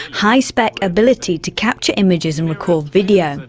high spec ability to capture images and record video.